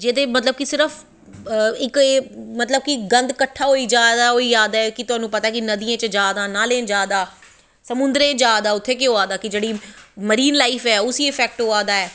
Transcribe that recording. जेह्दे मतलव कि सिर्फ इक गंद कट्ठा होई जा दा ऐ जा दा ऐ तुहानू पता गै ऐ नदियें च जा दा ऐ नालें च जा दा ऐ समुन्दरें च जा दा ते उत्थें केह् होआ दा मरीन लाईफ ऐ उसी इफैक्ट होआ दा ऐ